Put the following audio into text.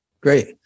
Great